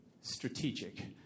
strategic